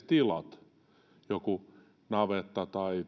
tilat joku navetta tai